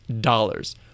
dollars